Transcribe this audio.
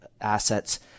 assets